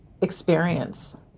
experience